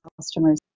customers